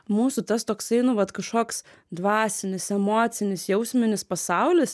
mūsų tas toksai nu vat kažkoks dvasinis emocinis jausminis pasaulis